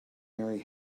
mary